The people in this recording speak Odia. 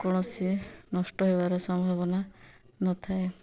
କୌଣସି ନଷ୍ଟ ହେବାର ସମ୍ଭାବନା ନଥାଏ